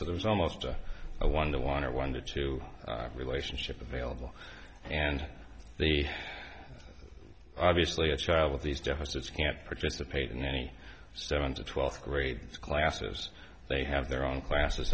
so there was almost a one the water one to two relationship available and the obviously a child with these deficits can't participate in any seven to twelfth grade classes they have their own classes